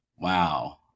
Wow